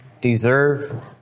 deserve